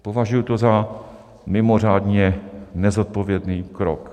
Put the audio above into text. Považuji to za mimořádně nezodpovědný krok.